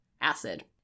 acid